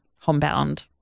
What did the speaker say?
homebound